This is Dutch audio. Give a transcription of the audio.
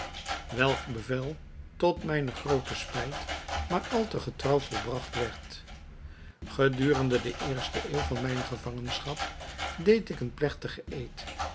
welk bevel tot mijne groote spijt maar al te getrouw volbragt werd gedurende de eerste eeuw van mijne gevangenschap deed ik een plegtigen eed